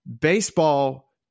baseball